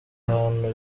ahantu